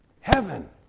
Heaven